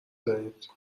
زنید